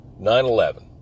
9-11